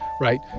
right